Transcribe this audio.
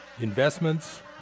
investments